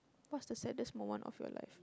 what's the saddest moment of your life